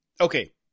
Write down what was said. Okay